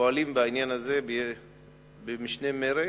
פועלים בעניין הזה במשנה מרץ.